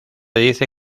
dice